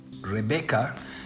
Rebecca